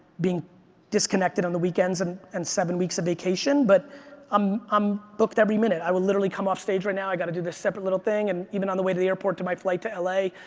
being disconnected on the weekends and and seven weeks of vacation. but i'm um booked every minute. i will literally come off stage right now, i've got to do this separate little thing, and even on the way to the airport to my flight to la,